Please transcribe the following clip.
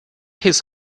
his